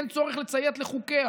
אין צורך לציית לחוקיה.